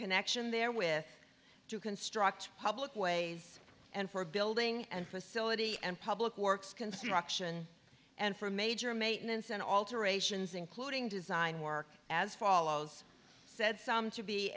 connection there with to construct public ways and for building and facility and public works construction and for major maintenance and alterations including design work as follows said some to be